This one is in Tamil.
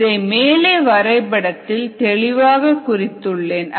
இதை மேலே வரைபடத்தில் தெளிவாக குறித்துள்ளேன்